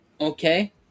okay